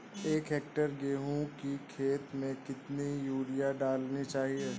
एक हेक्टेयर गेहूँ की खेत में कितनी यूरिया डालनी चाहिए?